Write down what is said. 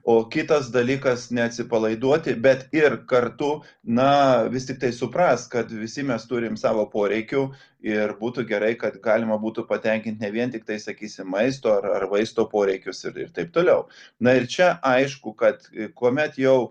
o kitas dalykas neatsipalaiduoti bet ir kartu na vis tiktai suprast kad visi mes turim savo poreikių ir būtų gerai kad galima būtų patenkint ne vien tiktai sakysim maisto ar ar vaistų poreikius ir ir taip toliau na ir čia aišku kad į kuomet jau